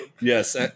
Yes